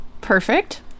Perfect